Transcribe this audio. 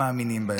מאמינים בהם.